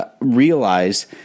realize –